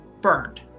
burned